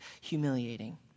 humiliating